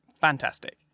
fantastic